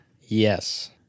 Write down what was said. Yes